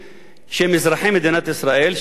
שהם אזרחי מדינת ישראל, שגורשו,